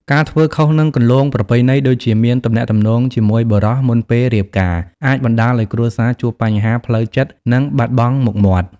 ការធ្វើខុសនឹងគន្លងប្រពៃណី ដូចជាមានទំនាក់ទំនងជាមួយបុរសមុនពេលរៀបការ អាចបណ្តាលឱ្យគ្រួសារជួបបញ្ហាផ្លូវចិត្ត និងបាត់បង់មុខមាត់។